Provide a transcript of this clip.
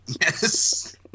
yes